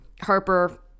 Harper